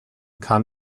kann